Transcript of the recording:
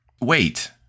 Wait